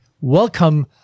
welcome